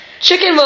chicken